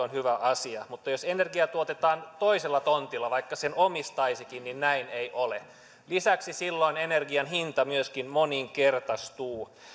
on hyvä asia mutta jos energia tuotetaan toisella tontilla vaikka sen omistaisikin niin näin ei ole lisäksi silloin energian hinta myöskin moninkertaistuu